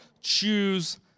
choose